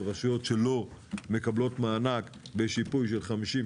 ורשויות שלא מקבלות מענק בשיפוי של 50%,